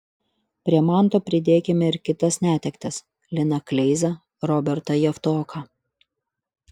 prie manto pridėkime ir kitas netektis liną kleizą robertą javtoką